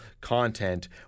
content